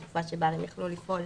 בתקופה שברים יכלו לפעול,